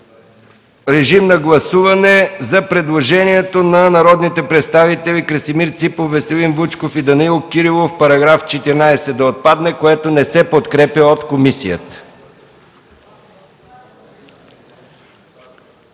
моля да гласувате предложението на народните представители Красимир Ципов, Веселин Вучков и Данаил Кирилов –§ 14 да отпадне, което не се подкрепя от комисията.